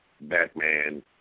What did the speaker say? Batman